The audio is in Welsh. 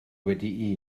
wedi